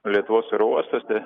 lietuvos oro uostuose